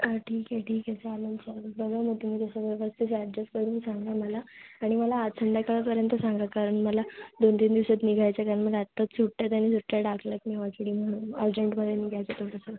हां ठीक आहे ठीक आहे चालेल चालेल बघा मग तुम्ही कसं व्यवस्थित ॲडजेस्ट करून सांगा मला आणि मला आज संध्याकाळपर्यंत सांगा कारण मला दोनतीन दिवसात निघायचं आहे आहे कारण मला आताच सुट्ट्या आहेत आणि सुट्ट्या टाकल्या आहेत मी ऑलरेडी म्हणून अर्जंटमध्ये निघायचं आहे थोडंसं